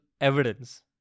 evidence